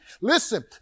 listen